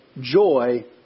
joy